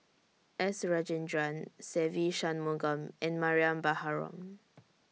S Rajendran Se Ve Shanmugam and Mariam Baharom